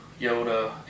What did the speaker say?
Yoda